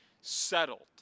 settled